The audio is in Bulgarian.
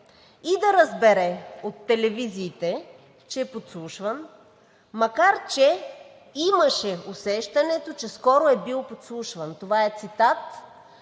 и да разбере от телевизиите, че е подслушван, макар че имаше „усещането, че скоро е бил подслушван“. Това е цитат